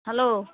hello